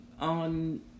on